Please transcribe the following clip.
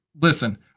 Listen